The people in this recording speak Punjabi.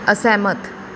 ਅਸਹਿਮਤ